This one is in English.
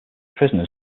prisoners